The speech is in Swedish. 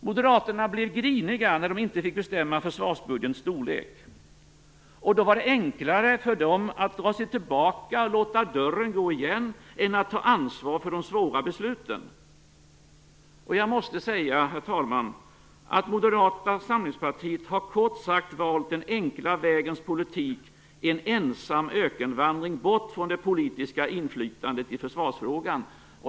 Moderaterna blev griniga när de inte fick bestämma försvarsbudgetens storlek. Då var det enklare för dem att dra sig tillbaka och låta dörren gå igen, än att ta ansvar för de svåra besluten. Jag måste säga, herr talman, att Moderata samlingspartiet kort sagt har valt den enkla vägens politik, en ensam ökenvandring bort från det politiska inflytandet i försvarsfrågan.